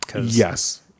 Yes